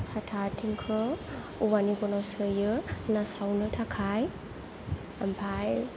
साथा आथिंखौ औवानि गनाव सोयो ना सावनो थाखाय ओमफ्राय